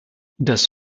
das